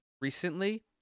recently